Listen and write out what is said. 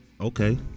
Okay